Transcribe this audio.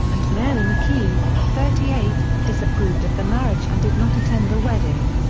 and mary mckee, thirty eight, disapproved of the marriage and did not attend the wedding.